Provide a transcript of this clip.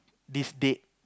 this date